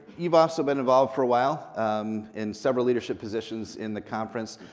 you've also been involved for a while um in several leadership positions in the conference.